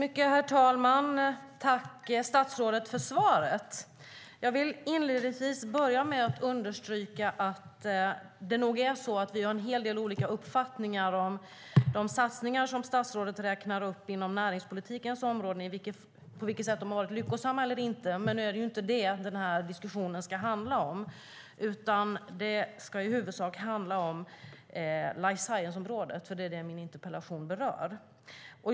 Herr talman! Tack, statsrådet, för svaret! Jag vill inledningsvis understryka att vi nog har en hel del olika uppfattningar om de satsningar som statsrådet räknar upp inom näringspolitikens område, på vilket sätt de har varit lyckosamma eller inte. Men nu är det inte det som den här diskussionen ska handla om, utan den ska i huvudsak handla om life science-området, för det är det som min interpellation berör.